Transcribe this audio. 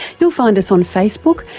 you'll find us on facebook,